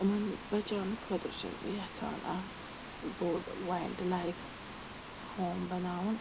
یِمَن بَچاونہٕ خٲطرٕ چھَس بہٕ یَژھان اَکھ بوٚڑ وایلڈ لایف ہوم بَناوُن